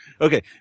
Okay